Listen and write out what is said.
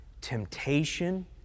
temptation